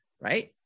right